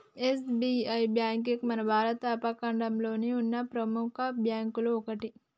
SBI bank మన భారత ఉపఖండంలోనే ఉన్న ప్రెముఖ బ్యేంకుల్లో ఒకటి